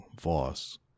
Voss